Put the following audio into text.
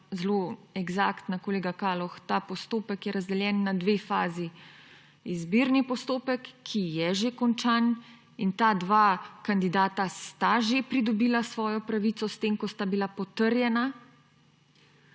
zelo eksaktna, kolega Kaloh, ta postopek je razdeljen na dve fazi, izbirni postopek, ki je že končan, in ta dva kandidata sta že pridobila svojo pravico s tem, ko sta bila potrjena,